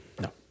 No